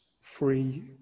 free